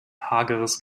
hageres